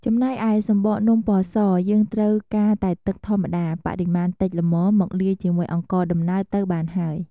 ចំណែកឯ សំបកនំពណ៌ស យើងត្រូវការតែទឹកធម្មតា បរិមាណតិចល្មមមកលាយជាអង្ករដំណើបទៅបានហើយ។